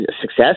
success